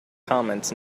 comments